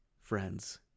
friends